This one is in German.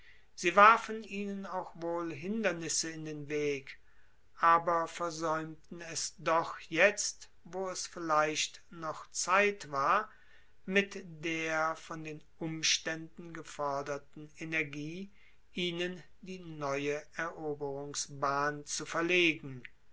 sie warfen ihnen auch wohl hindernisse in den weg aber versaeumten es doch jetzt wo es vielleicht noch zeit war mit der von den umstaenden geforderten energie ihnen die neue eroberungsbahn zu verlegen